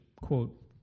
quote